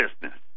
business